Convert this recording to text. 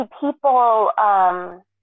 people